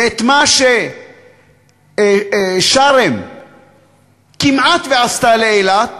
ומה ששארם כמעט עשתה לאילת,